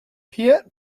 piet